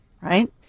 Right